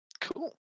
Cool